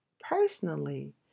personally